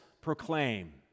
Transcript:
proclaim